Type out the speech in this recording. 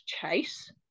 chase